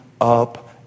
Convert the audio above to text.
up